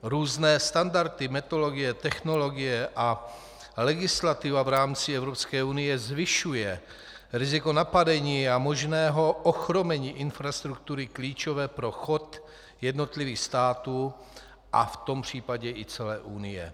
Různé standardy, metodologie, technologie a legislativa v rámci Evropské unie zvyšují riziko napadení a možného ochromení infrastruktury klíčové pro chod jednotlivých států a v tom případě i celé Unie.